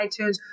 itunes